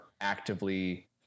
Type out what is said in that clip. actively